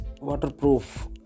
waterproof